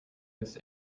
this